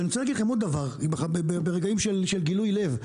ואני רוצה להגיד לכם עוד דבר ברגעים של גילוי לב.